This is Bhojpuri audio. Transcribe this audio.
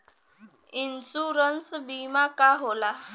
इन्शुरन्स बीमा का होला?